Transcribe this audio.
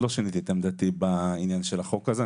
שיניתי את עמדתי בעניין של החוק הזה.